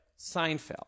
Seinfeld